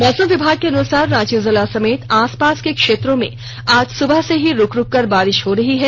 मौसम विभाग के अनुसार रांची जिला समेत आसपास के क्षेत्रों में आज सुबह से ही रूक रूक कर बारिश हो रही है